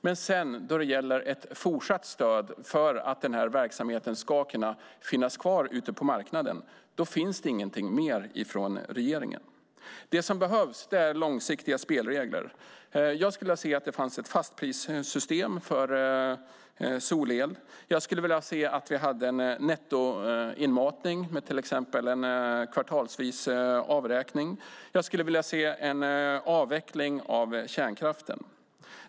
Men då det gäller ett fortsatt stöd för att den här verksamheten ska kunna finnas kvar ute på marknaden finns det ingenting mer från regeringen. Det som behövs är långsiktiga spelregler. Jag skulle vilja se ett fastprissystem för solel. Jag skulle vilja se en nettoinmatning med till exempel en kvartalsvis avräkning. Jag skulle också vilja se en avveckling av kärnkraften.